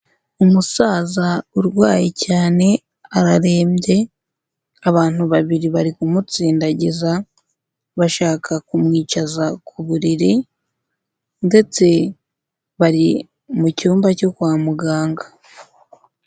Umusaza urwaye cyane ararembye, abantu babiri bari kumutsindagiza bashaka kumwicaza ku buriri ndetse bari mu cyumba cyo kwa muganga.